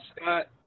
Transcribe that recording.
Scott